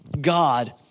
God